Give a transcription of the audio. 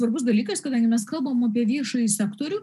svarbus dalykas kadangi mes kalbam apie viešąjį sektorių